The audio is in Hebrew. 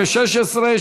ועדת העבודה והרווחה?